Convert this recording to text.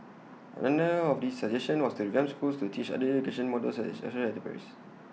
another of his suggestion was to revamp schools to teach other education models such as social enterprise